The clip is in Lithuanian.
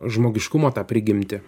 žmogiškumo tą prigimtį